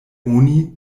oni